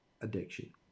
addiction